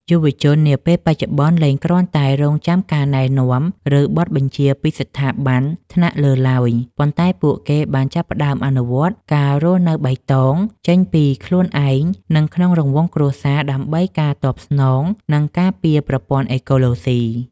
យុវជននាពេលបច្ចុប្បន្នលែងគ្រាន់តែរង់ចាំការណែនាំ ឬបទបញ្ជាពីស្ថាប័នថ្នាក់លើឡើយ ប៉ុន្តែពួកគេបានចាប់ផ្តើមអនុវត្ត ការរស់នៅបៃតង ចេញពីខ្លួនឯង និងក្នុងរង្វង់គ្រួសារ ដើម្បីជាការតបស្នង និងការពារប្រព័ន្ធអេកូឡូស៊ី។